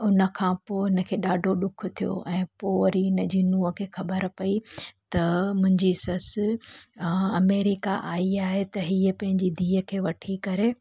उनखां पोइ हिनखे ॾाढो ॾुखु थियो ऐं पोइ वरी इन जी नूंहुं खे ख़बर पई त मुंहिंजी ससु अ अमेरिका आई आहे त हीअ पंहिंजी धीअ खे वठी करे